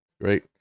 Great